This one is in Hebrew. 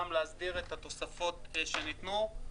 גם להסדיר את התוספות שניתנו.